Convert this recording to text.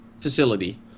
facility